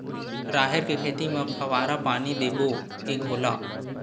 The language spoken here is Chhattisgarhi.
राहेर के खेती म फवारा पानी देबो के घोला?